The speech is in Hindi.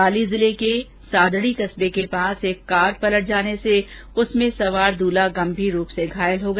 पाली जिले के सादडी कस्बे के पास एक कार के पलट जाने से कार में सवार दूल्हा गम्मीर रूप से घायल हो गया